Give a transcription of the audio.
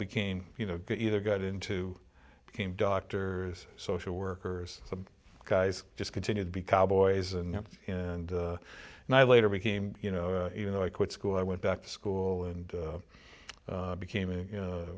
became you know either got into became doctor is social workers some guys just continued to be cowboys and and and i later became you know even though i quit school i went back to school and became a you know